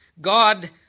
God